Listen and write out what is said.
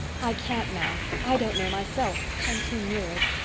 i can't now. i don't know myself. i'm too near it.